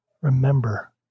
Remember